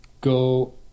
go